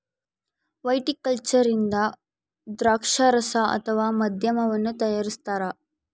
viticulture ಇಂದ ದ್ರಾಕ್ಷಾರಸ ಅಥವಾ ಮದ್ಯವನ್ನು ತಯಾರಿಸ್ತಾರ